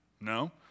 No